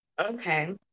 okay